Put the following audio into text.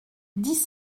dix